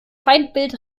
feindbild